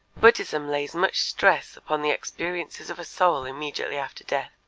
buddhism lays much stress upon the experiences of a soul immediately after death.